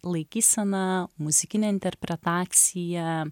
laikysena muzikine interpretacija